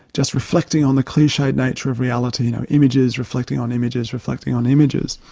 just reflecting on the cliched nature of reality, you know, images reflecting on images, reflecting on images.